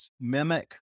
mimic